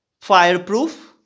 fireproof